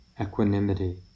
equanimity